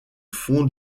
fond